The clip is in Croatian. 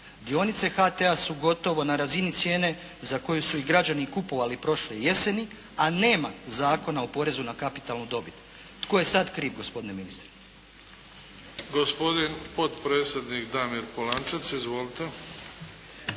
Dionice HT-a su gotovo na razini cijene za koju su ih i građani kupovali prošle jeseni, a nema Zakona o porezu na kapitalnu dobit. Tko je sad kriv gospodine ministre? **Bebić, Luka (HDZ)** Gospodin potpredsjednik Damir Polančec. Izvolite.